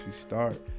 start